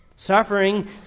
Suffering